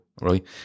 right